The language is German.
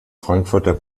frankfurter